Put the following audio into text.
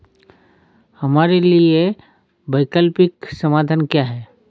हमारे लिए वैकल्पिक समाधान क्या है?